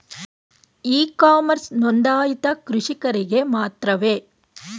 E commerce ನೊಂದಾಯಿತ ಕೃಷಿಕರಿಗೆ ಮಾತ್ರವೇ?